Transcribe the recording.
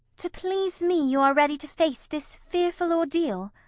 to please me you are ready to face this fearful ordeal?